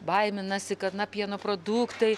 baiminasi kad na pieno produktai